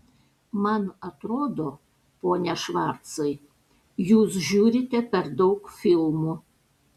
man atrodo pone švarcai jūs žiūrite per daug filmų